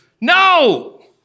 No